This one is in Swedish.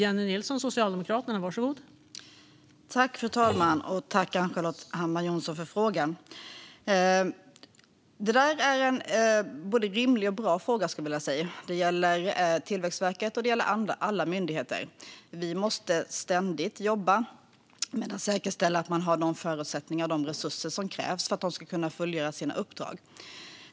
Fru talman! Tack, Ann-Charlotte Hammar Johnsson, för frågan! Det är en både rimlig och bra fråga, skulle jag vilja säga. Det gäller Tillväxtverket och alla myndigheter. Vi måste ständigt jobba med att säkerställa att de har de förutsättningar och resurser som krävs för att de ska kunna fullgöra sina uppdrag.